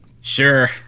Sure